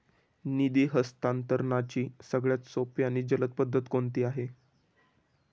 निधी हस्तांतरणाची सगळ्यात सोपी आणि जलद पद्धत कोणती आहे?